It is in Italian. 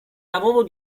lavoro